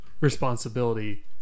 responsibility